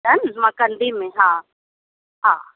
done मां कंदीमांइ हा आहे